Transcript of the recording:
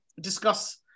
discuss